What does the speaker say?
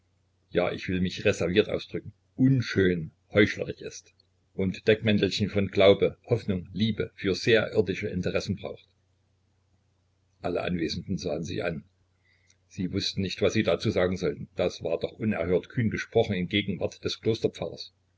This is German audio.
ja ich will mich reserviert ausdrücken unschön heuchlerisch ist und deckmäntelchen von glaube hoffnung liebe für sehr irdische interessen braucht alle anwesenden sahen sich an sie wußten nicht was sie dazu sagen sollten das war doch unerhört kühn gesprochen in gegenwart des